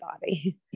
body